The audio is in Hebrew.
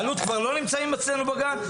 אלו"ט כבר לא נמצאים אצלנו בגן.